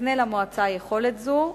יקנה למועצה יכולת זו,